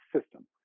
system